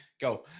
Go